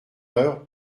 heures